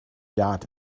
yacht